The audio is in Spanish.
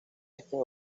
estos